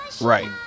right